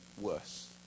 worse